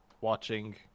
watching